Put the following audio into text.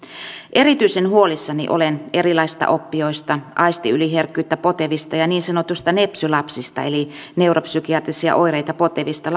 erityisen huolissani olen erilaisista oppijoista aistiyliherkkyyttä potevista ja niin sanotuista nepsy lapsista eli neuropsykiatrisia oireita potevista